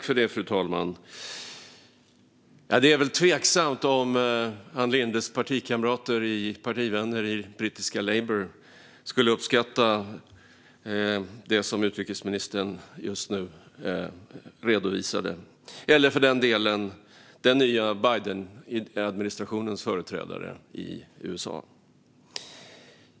Fru talman! Det är tveksamt om Ann Lindes partivänner i brittiska Labour skulle uppskatta det som utrikesministern just nu redovisade, eller för den delen den nya Bidenadministrationens företrädare i USA.